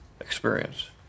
experience